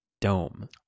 dome